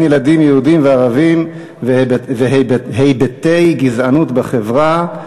ילדים יהודים לערבים והיבטי גזענות בחברה.